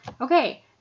Okay